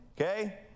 okay